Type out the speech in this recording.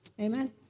Amen